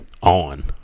on